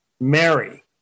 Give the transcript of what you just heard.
Mary